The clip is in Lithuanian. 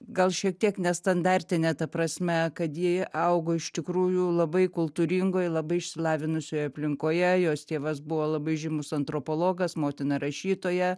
gal šiek tiek nestandartinė ta prasme kad ji augo iš tikrųjų labai kultūringoj labai išsilavinusioje aplinkoje jos tėvas buvo labai žymus antropologas motina rašytoja